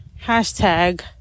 Hashtag